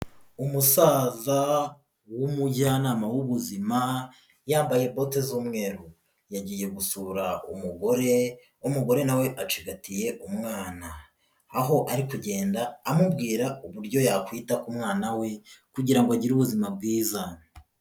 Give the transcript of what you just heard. Umusaza w'umujyanama w'ubuzima yambaye bote z'umweru yagiye gusura umugore' umugore nawe acigatiye umwana aho ari kugenda amubwira uburyo yakwita ku mwana we kugira ngo agire ubuzima bwiza.